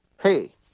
Hey